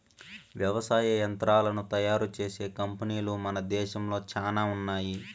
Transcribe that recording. వ్యవసాయ యంత్రాలను తయారు చేసే కంపెనీలు మన దేశంలో చానా ఉన్నాయి